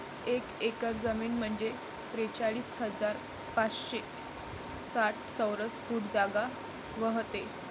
एक एकर जमीन म्हंजे त्रेचाळीस हजार पाचशे साठ चौरस फूट जागा व्हते